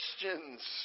christians